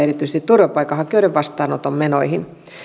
erityisesti turvapaikanhakijoiden vastaanoton menoihin